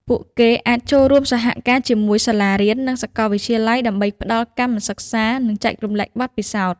ពួកគេអាចចូលរួមសហការជាមួយសាលារៀននិងសាកលវិទ្យាល័យដើម្បីផ្តល់កម្មសិក្សា និងចែករំលែកបទពិសោធន៍។